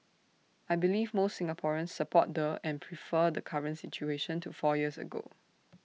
I believe most Singaporeans support the and prefer the current situation to four years ago